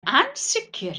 ansicr